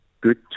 good